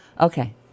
Okay